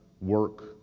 work